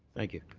thank you.